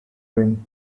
rim